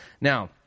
Now